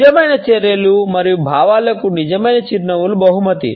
నిజమైన చర్యలు మరియు భావాలకు నిజమైన చిరునవ్వులు బహుమతి